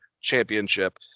championship